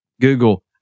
Google